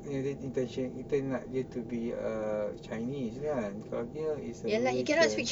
kita nak dia to be a chinese kan kalau dia is a eurasian